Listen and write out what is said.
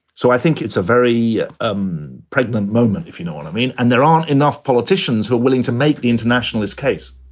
so i think it's a very um pregnant moment, if you know what i mean. and there aren't enough politicians who are willing to make the internationalist case.